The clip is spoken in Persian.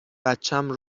بچم